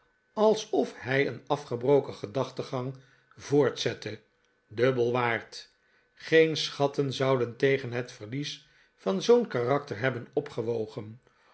alsof hij een afgebroken gedachtengang voortzette dubbel waard geen schatten zouden tegen het verlies van zoo'n karakter heb ben opgewogen